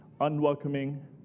unwelcoming